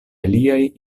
aliaj